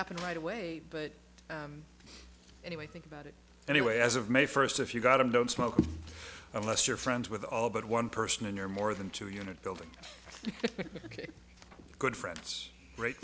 happen right away but anyway think about it anyway as of may first if you've got them don't smoke unless you're friends with all but one person and you're more than two unit building ok good friends